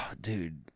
dude